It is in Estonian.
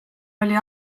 oli